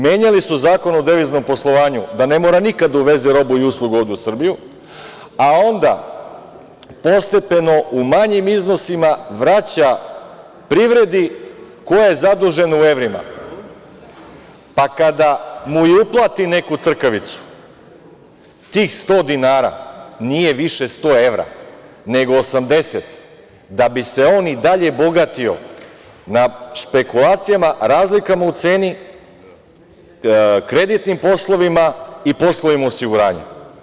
Menjali su Zakon o deviznom poslovanju da ne mora nikad da uveze robu i uslugu ovde u Srbiji, a onda postepeno u manjim iznosima vraća privredi, koja je zadužena u evrima, pa i kada mu uplati neku crkavicu, tih sto dinara nije više sto evra, nego 80, da bi se on i dalje bogatio na špekulacijama, razlikama u ceni, kreditnim poslovima i poslovima osiguranja.